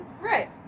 Right